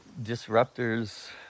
disruptors